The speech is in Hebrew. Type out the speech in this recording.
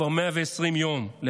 כבר למעלה מ-120 יום,